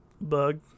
bug